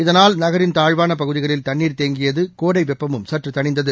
இதனால் நகரின் தாழ்வானபகுதிகளில் தண்ணீர் கோடைவெப்பமும் சற்றுதனிந்தது